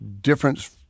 difference